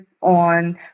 on